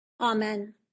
Amen